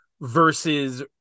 versus